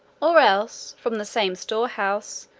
or else, from the same store-house,